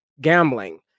gambling